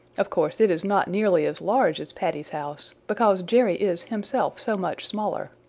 of course it is not nearly as large as paddy's house, because jerry is himself so much smaller.